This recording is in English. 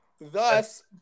Thus